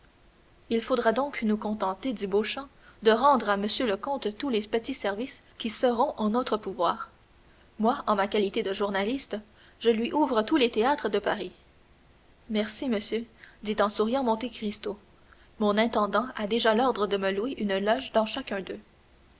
il faudra donc nous contenter dit beauchamp de rendre à m le comte tous les petits services qui seront en notre pouvoir moi en ma qualité de journaliste je lui ouvre tous les théâtres de paris merci monsieur dit en souriant monte cristo mon intendant a déjà l'ordre de me louer une loge dans chacun d'eux